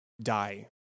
die